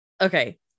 okay